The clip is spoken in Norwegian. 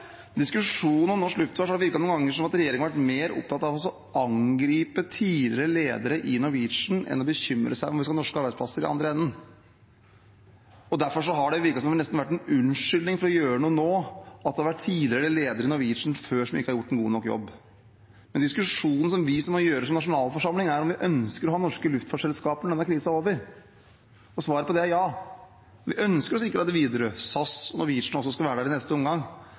har det noen ganger virket som at regjeringen har vært mer opptatt av å angripe tidligere ledere i Norwegian enn å bekymre seg over om vi skal ha norske arbeidsplasser i den andre enden. Derfor har det virket som om det at tidligere ledere i Norwegian ikke har gjort en god nok jobb, nesten har vært en unnskyldning for ikke å gjøre noe nå. Men diskusjonen vi må ha som nasjonalforsamling, er om vi ønsker å ha norske luftfartsselskaper når denne krisen er over. Svaret på det er ja. Vi ønsker at Widerøe, SAS og Norwegian også skal være der i neste omgang.